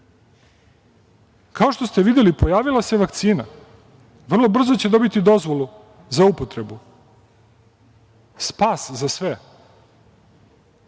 što ste videli pojavila se vakcina. Vrlo brzo će dobiti dozvolu za upotrebu, spas za sve.